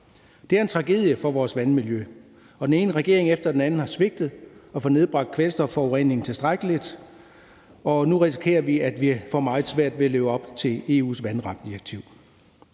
Det er en tragedie for vores vandmiljø, og den ene regering efter den anden har svigtet i forhold til at få nedbragt kvælstofforureningen tilstrækkeligt, og nu risikerer vi, at vi får meget svært ved at leve op til EU's vandrammedirektiv.